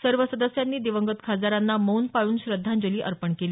सर्व सदस्यांनी दिवंगत खासदारांना मौन पाळून श्रद्धांजली अर्पण केली